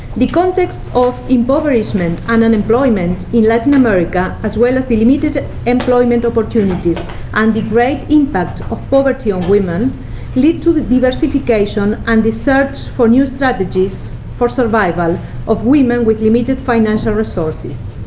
the context of impoverishment, and unemployment, in latin america as well as the limited employment opportunities and the great impact of poverty on women lead to the diversification and the search for new strategies for survival of women with limited financial resources.